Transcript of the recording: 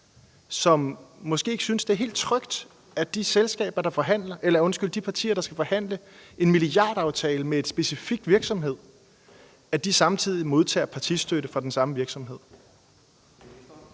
som måske ikke synes, det er helt trygt, at de partier, der skal forhandle en milliardaftale med en specifik virksomhed, samtidig modtager partistøtte fra den samme virksomhed?